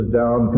down